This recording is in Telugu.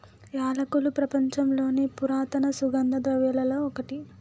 యాలకులు ప్రపంచంలోని పురాతన సుగంధ ద్రవ్యలలో ఒకటి